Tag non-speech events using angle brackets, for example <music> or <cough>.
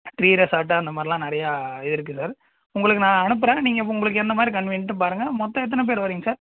<unintelligible> அந்த மாதிரிலாம் நிறையா இருக்குது சார் உங்களுக்கு நான் அனுப்பறேன் நீங்கள் உங்களுக்கு என்ன மாதிரி கன்வியன்ட்டு பாருங்க மொத்தம் எத்தனை பேர் வரீங்க சார்